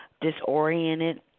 disoriented